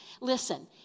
Listen